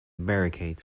barricades